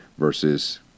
versus